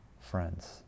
friends